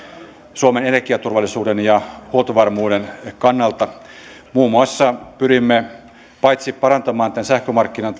suomen energiaturvallisuuden ja huoltovarmuuden kannalta muun muassa pyrimme paitsi parantamaan tämän sähkömarkkinan